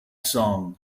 song